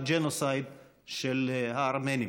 לג'נוסייד של הארמנים.